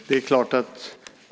Fru talman!